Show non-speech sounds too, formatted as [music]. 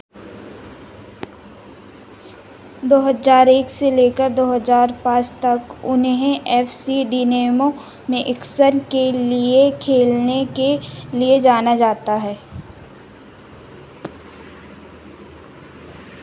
दो हज़ार एक से लेकर दो हज़ार पाँच तक उन्हें एच पी डिनेमो में [unintelligible] के लिए खेलने के लिए जाना जाता है